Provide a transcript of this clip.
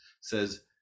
says